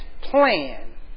plan